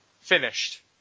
finished